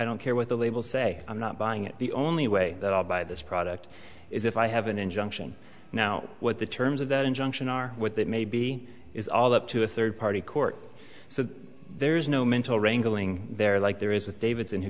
don't care what the labels say i'm not buying it the only way that i buy this product is if i have an injunction now what the terms of that injunction are what that may be is all up to a third party court so there is no mental wrangling there like there is with davidson who